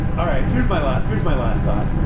all right. here's my lot. here's my last thought.